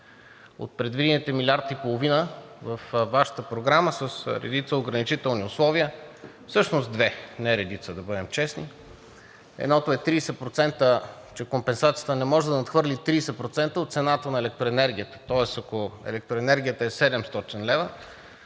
От предвидените милиард и половина във Вашата програма с редица ограничителни условия, всъщност две – не редица, да бъдем честни – едното е, че компенсацията не може да надхвърли 30% от цената на електроенергията. Тоест, ако електроенергията е 700 лв.,